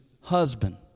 husband